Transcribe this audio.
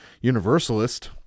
universalist